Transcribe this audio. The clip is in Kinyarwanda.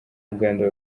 uganda